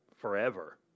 forever